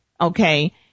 Okay